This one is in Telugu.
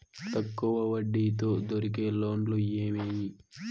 తక్కువ వడ్డీ తో దొరికే లోన్లు ఏమేమి